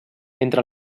entre